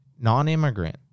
non-immigrant